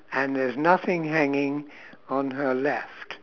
and there's nothing hanging on her left